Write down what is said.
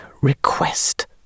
request